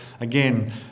again